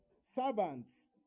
Servants